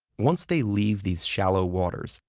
once they leave these shallow waters,